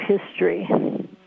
history